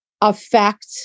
affect